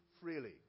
freely